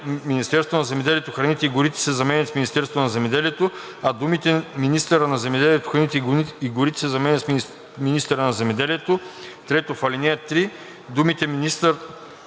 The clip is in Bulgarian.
„Министерството на земеделието, храните и горите“ се заменят с „Министерството на земеделието“, а думите „министъра на земеделието, храните и горите“ се заменят с „министъра на земеделието“. 3. В ал. 3 думите „Министърът на земеделието,